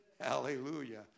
Hallelujah